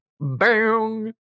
bang